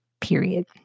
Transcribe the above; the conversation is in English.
period